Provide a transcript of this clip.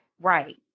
right